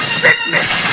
sickness